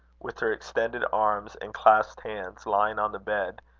with her extended arms and clasped hands lying on the bed,